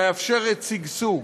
מאפשרת שגשוג.